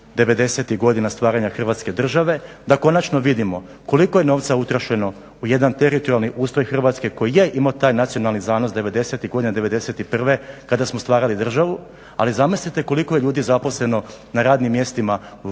90-tih godina stvaranja hrvatske države da konačno vidimo koliko je novca utrošeno u jedan teritorijalni ustroj Hrvatske koji je imao taj nacionalni zanos 90-tih godina, 91.kada smo stvarali državu ali zamislite koliko je ljudi zaposleno na radnim mjestima u